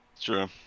True